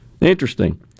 Interesting